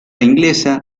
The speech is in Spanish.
inglesa